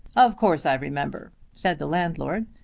of course i remember, said the landlord.